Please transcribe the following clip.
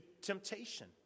temptation